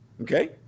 okay